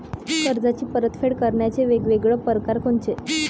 कर्जाची परतफेड करण्याचे वेगवेगळ परकार कोनचे?